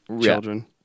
children